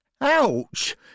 Ouch